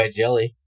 jelly